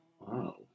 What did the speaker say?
Wow